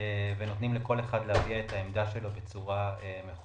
ומכובד ונותנים לכל אחד להביע את העמדה שלו בצורה מכובדת,